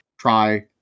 try